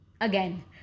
Again